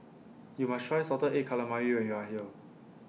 YOU must Try Salted Egg Calamari when YOU Are here